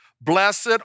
Blessed